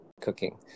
cooking